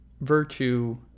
virtue